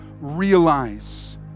realize